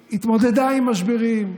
היא התמודדה עם משברים,